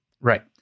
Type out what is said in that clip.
Right